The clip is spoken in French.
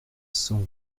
cent